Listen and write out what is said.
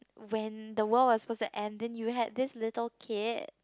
when the world was suppose to end then you had this little kit